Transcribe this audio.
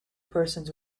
persons